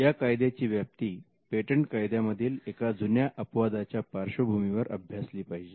या कायद्याची व्याप्ती पेटंट कायद्यामधील एका जुन्या अपवादाच्या पार्श्वभूमीवर अभ्यासली पाहिजे